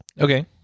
okay